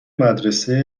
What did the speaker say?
مدرسه